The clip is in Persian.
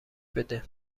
بده